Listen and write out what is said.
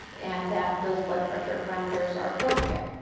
and that those blood pressure parameters are appropriate.